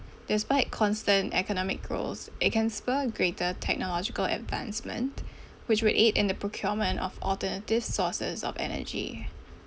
despite constant economic growth it can spur greater technological advancement which would aid in the procurement of alternative sources of energy